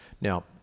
Now